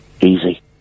Easy